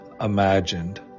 imagined